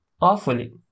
awfully